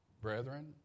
brethren